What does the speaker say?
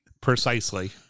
precisely